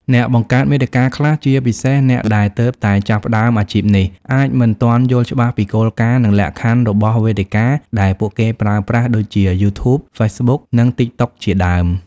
អ្នកបង្កើតមាតិកាខ្លះ ជាពិសេសអ្នកដែលទើបតែចាប់ផ្តើមអាជីពនេះ អាចមិនទាន់យល់ច្បាស់ពីគោលការណ៍ និងលក្ខខណ្ឌរបស់វេទិកាដែលពួកគេប្រើប្រាស់ ដូចជា យូធូប ហ្វេសប៊ុក និង តិកតុក ជាដើម។